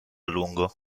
lungo